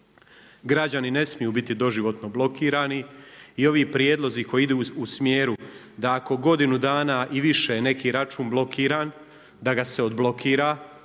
građani ne smiju biti doživotno blokirani. I ovi prijedlozi koji idu u smjeru da ako je godinu dana i više neki račun blokiran da ga se odblokira